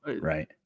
right